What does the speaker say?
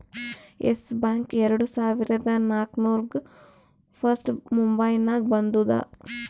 S bank ಎರಡು ಸಾವಿರದಾ ನಾಕ್ರಾಗ್ ಫಸ್ಟ್ ಮುಂಬೈನಾಗ ಬಂದೂದ